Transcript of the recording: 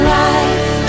life